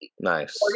Nice